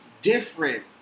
different